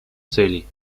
целей